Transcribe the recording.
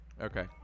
Okay